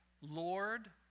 Lord